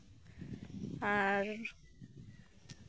ᱟᱨ